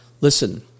Listen